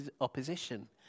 opposition